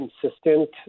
consistent